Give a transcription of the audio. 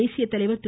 தேசிய தலைவர் திரு